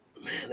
Man